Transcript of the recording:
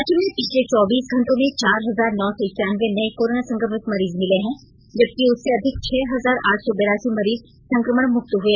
राज्य में पिछले चौबीस घंटों में चार हजार नौ सौ एकानबे नए कोरोना संक्रमित मरीज मिले हैं जबकि उससे अधिक छह हजार आठ सौ बेरासी मरीज संक्रमण मुक्त हुए